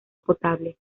potable